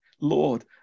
Lord